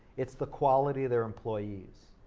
it's the quality of their employees.